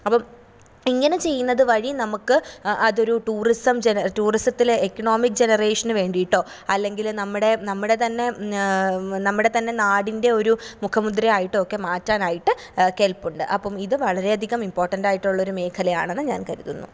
അപ്പം ഇങ്ങനെ ചെയ്യുന്നത് വഴി നമുക്ക് അതൊരു ടൂറിസം ജന ടൂറിസത്തിലെ എക്കണോമിക് ജനറേഷനുവേണ്ടിയിട്ടോ അല്ലെങ്കിൽ നമ്മുടെ നമ്മുടെ തന്നെ നമ്മുടെ തന്നെ നാടിൻ്റെ ഒരു മുഖമുദ്രയായിട്ടോ ഒക്കെ മാറ്റാനായിട്ട് കെൽപ്പുണ്ട് അപ്പം ഇത് വളരെയധികം ഇംപോർട്ടൻറ്റ് ആയിട്ടുള്ള ഒരു മേഖലയാണെന്ന് ഞാൻ കരുതുന്നു